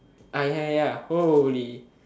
ah ya ya ya holy